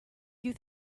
you